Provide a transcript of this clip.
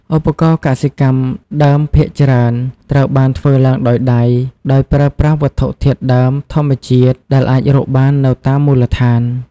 ឧបករណ៍កសិកម្មដើមភាគច្រើនត្រូវបានធ្វើឡើងដោយដៃ ដោយប្រើប្រាស់វត្ថុធាតុដើមធម្មជាតិ ដែលអាចរកបាននៅតាមមូលដ្ឋាន។